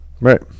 Right